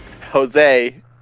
Jose